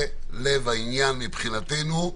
זה לב העניין מבחינתנו,